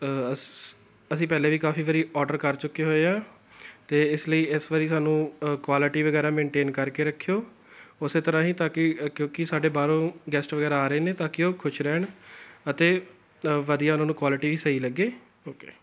ਸ ਅਸੀਂ ਪਹਿਲੇ ਵੀ ਕਾਫੀ ਵਾਰੀ ਔਡਰ ਕਰ ਚੁੱਕੇ ਹੋਏ ਹਾਂ ਅਤੇ ਇਸ ਲਈ ਇਸ ਵਾਰੀ ਸਾਨੂੰ ਕੁਆਲਿਟੀ ਵਗੈਰਾ ਮੈਂਟੇਨ ਕਰਕੇ ਰੱਖਿਉ ਉਸ ਤਰ੍ਹਾਂ ਹੀ ਤਾਂ ਕਿ ਕਿਉਂਕਿ ਸਾਡੇ ਬਾਹਰੋਂ ਗੈਸਟ ਵਗੈਰਾ ਆ ਰਹੇ ਨੇ ਤਾਂ ਕਿ ਉਹ ਖੁਸ਼ ਰਹਿਣ ਅਤੇ ਵਧੀਆ ਉਹਨਾਂ ਨੂੰ ਕੁਆਲਿਟੀ ਸਹੀ ਲੱਗੇ ਓਕੇ